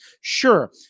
Sure